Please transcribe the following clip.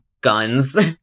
guns